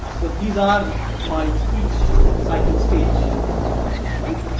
so, these are my each cycle stage alright.